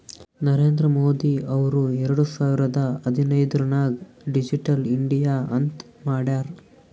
ನರೇಂದ್ರ ಮೋದಿ ಅವ್ರು ಎರಡು ಸಾವಿರದ ಹದಿನೈದುರ್ನಾಗ್ ಡಿಜಿಟಲ್ ಇಂಡಿಯಾ ಅಂತ್ ಮಾಡ್ಯಾರ್